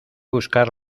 buscar